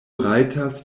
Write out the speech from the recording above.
rajtas